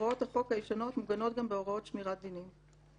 הוראות החוק הישנות מוגנות גם בהוראות שמירת דינים.